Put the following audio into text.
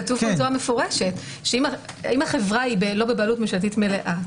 כתוב הודעה מפורשת: "אם החברה היא לא בבעלות ממשלתית מלאה,